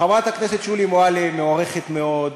חברת הכנסת שולי מועלם מוערכת מאוד,